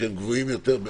שהם גבוהים יותר?